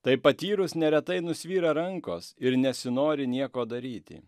tai patyrus neretai nusvyra rankos ir nesinori nieko daryti